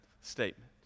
statement